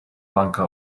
banka